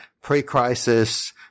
pre-crisis